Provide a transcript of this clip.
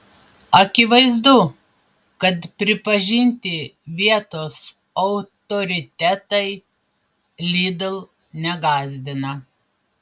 akivaizdu kad pripažinti vietos autoritetai lidl negąsdina